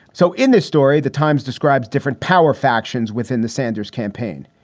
so in this story, the times describes different power factions within the sanders campaign,